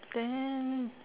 then